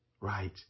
Right